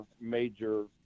major